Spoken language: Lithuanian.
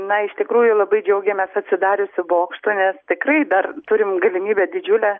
na iš tikrųjų labai džiaugiamės atsidariusiu bokštu nes tikrai dar turim galimybę didžiulę